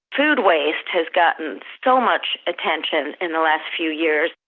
food waste has gotten so much attention in the last few years,